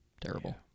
Terrible